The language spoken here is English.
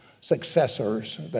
successors